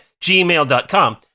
gmail.com